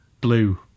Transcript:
blue